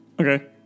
Okay